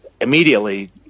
Immediately